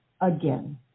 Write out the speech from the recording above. again